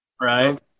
Right